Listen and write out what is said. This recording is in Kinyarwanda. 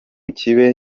kibe